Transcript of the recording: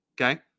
Okay